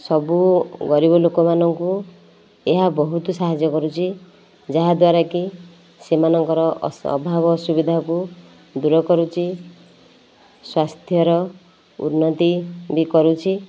ସବୁ ଗରିବ ଲୋକ ମାନଙ୍କୁ ଏହା ବହୁତ ସାହାଯ୍ୟ କରୁଛି ଯାହାଦ୍ୱାରା କି ସେମାନଙ୍କର ଅଭାବ ଅସୁବିଧାକୁ ଦୂର କରୁଛି ସ୍ୱାସ୍ଥ୍ୟର ଉନ୍ନତି ବି କରୁଛି